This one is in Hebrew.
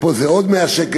פה זה עוד 100 שקל,